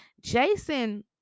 Jason